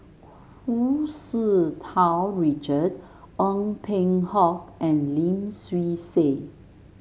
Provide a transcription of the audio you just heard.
Hu Tsu Tau Richard Ong Peng Hock and Lim Swee Say